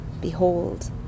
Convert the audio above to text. Behold